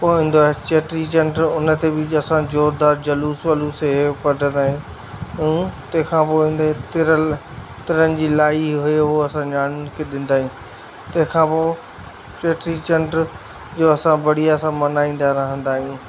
पोइ ईंदो आहे चेटी चंड उन ते बि असां जवाबदारु जलूसु वलूसु इहे उहो कढंदा आहियूं ऐं तंहिंखा पोइ ईंदे तिर तिरन जी लाई इहे उहो असां न्याणियुनि खे ॾींदा आहियूं तंहिंखां पोइ चेटी चंड इहो असां बढ़िया सां मल्हाईंदा आहियूं